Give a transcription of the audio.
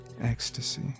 ecstasy